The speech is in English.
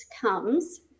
comes